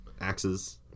axes